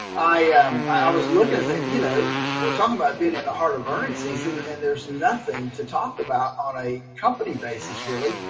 i am i was looking at, you know, we're talking about being in the heart of earnings season and there's nothing to talk about on a company basis, really,